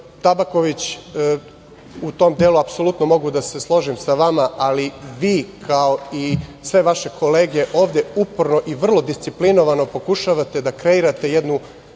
Tabaković, u tom delu apsolutno mogu da se složim sa vama, ali vi, kao i sve vaše kolege ovde, uporno i vrlo disciplinovano pokušavate da kreirate jednu